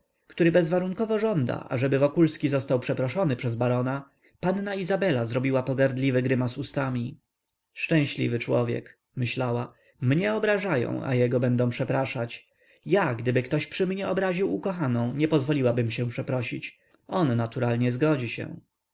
który bezwarunkowo żąda ażeby wokulski został przeproszony przez barona panna izabela zrobiła pogardliwy grymas ustami szczęśliwy człowiek myślała mnie obrażają a jego będą przepraszać ja gdyby ktoś przy mnie obraził ukochaną nie pozwoliłabym się przeprosić on naturalnie zgodzi się